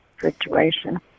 situation